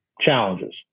challenges